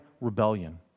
rebellion